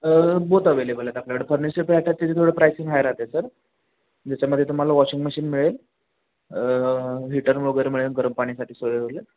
both available आहेत आपल्याकडे furnished flats त्याचे थोडं प्राईसिंग हाय राहते सर ज्याच्यामध्ये तुम्हाला वॉशिंग मशीन मिळेल हीटर वगैरे मिळेल गरम पाण्यासाठी सोय होईल